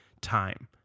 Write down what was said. time